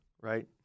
right